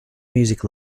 music